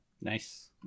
Nice